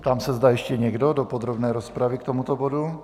Ptám se, zda ještě někdo do podrobné rozpravy k tomuto bodu.